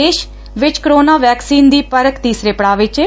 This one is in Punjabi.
ਦੇਸ਼ ਵਿਚ ਕੋਰੋਨਾ ਵੈਕਸੀਨ ਦੀ ਪਰਖ ਤੀਸਰੇ ਪੜਾਅ ਵਿਚ ਏ